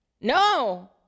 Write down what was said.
No